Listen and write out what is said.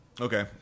Okay